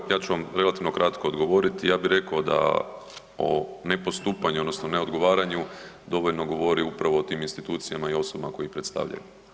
Evo, ja ću vam relativno kratko odgovoriti, ja bi rekao da o ne postupanju odnosno ne odgovaranju dovoljno govori upravo o tim institucijama i osobama koje ih predstavljaju.